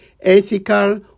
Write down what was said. ethical